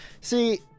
see